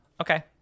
Okay